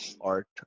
art